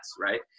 right